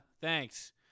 thanks